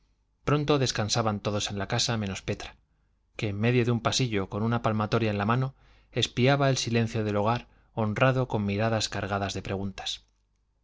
pronto descansaban todos en la casa menos petra que en medio de un pasillo con una palmatoria en la mano espiaba el silencio del hogar honrado con miradas cargadas de preguntas